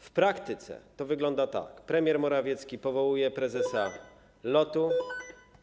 W praktyce to wygląda tak: premier Morawiecki powołuje prezesa LOT-u.